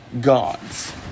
gods